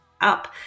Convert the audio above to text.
up